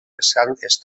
estances